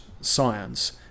science